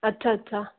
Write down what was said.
अच्छा अच्छा